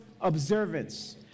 observance